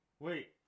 Wait